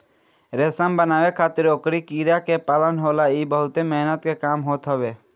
रेशम बनावे खातिर ओकरी कीड़ा के पालन होला इ बहुते मेहनत के काम होत हवे